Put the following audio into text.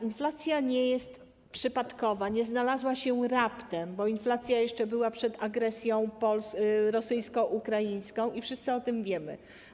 Inflacja nie jest przypadkowa, nie znalazła się raptem, bo inflacja jeszcze była przed agresją rosyjsko-ukraińską i wszyscy o tym wiemy.